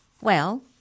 Well